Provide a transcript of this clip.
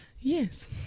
Yes